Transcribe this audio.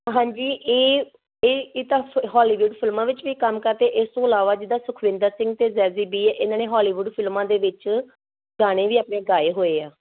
ਹਾਂਜੀ ਇਹ ਇਹ ਇਹ ਤਾਂ ਫਿ ਹੋਲੀਵੁੱਡ ਫਿਲਮਾਂ ਵਿੱਚ ਵੀ ਕੰਮ ਕਰਦੇ ਇਸ ਤੋਂ ਇਲਾਵਾ ਜਿੱਦਾਂ ਸੁਖਵਿੰਦਰ ਸਿੰਘ ਅਤੇ ਜੈਜੀ ਬੀ ਇਹਨਾਂ ਨੇ ਹੋਲੀਵੁੱਡ ਫਿਲਮਾਂ ਦੇ ਵਿੱਚ ਗਾਣੇ ਵੀ ਆਪਣੇ ਗਾਏ ਹੋਏ ਆ